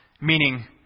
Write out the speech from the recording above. meaning